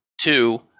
two